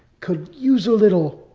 could use a little.